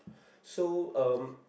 so um